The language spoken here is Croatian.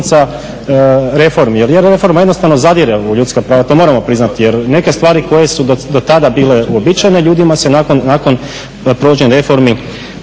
reforma jednostavno zadire u ljudska prava, to moramo priznati jer neke stvari koje su do tada bile uobičajene ljudima se nakon provođenja reformi